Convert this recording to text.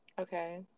Okay